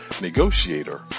Negotiator